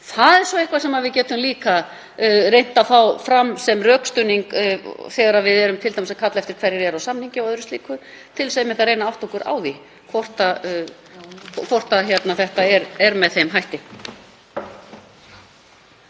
Það er svo eitthvað sem við getum líka reynt að fá fram sem rökstuðning þegar við köllum t.d. eftir upplýsingum um hverjir eru á samningi og öðru slíku til þess einmitt að reyna að átta okkur á því hvort þetta er með þeim hætti.